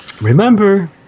Remember